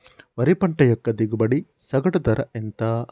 వరి పంట యొక్క దిగుబడి సగటు ధర ఎంత?